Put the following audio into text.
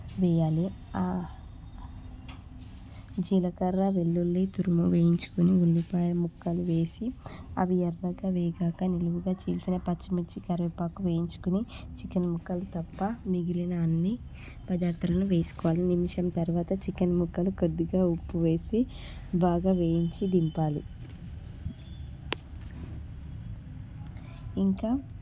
వేయాలి జీలకర్ర వెల్లుల్లి తురుము వేయించుకుని ఉల్లిపాయ ముక్కలు వేసి అవి ఎర్రగా వేగాక నిలువుగా చీల్చిన పచ్చిమిర్చి కరేపాకు వేయించుకుని చికెన్ ముక్కలు తప్ప మిగిలిన అన్ని పదార్థలు వేసుకోవాలి నిమిషం తర్వాత చికెన్ ముక్కలు కొద్దిగా ఉప్పు వేసి బాగా వేయించి దింపాలి ఇంకా